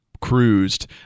cruised